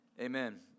amen